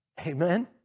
Amen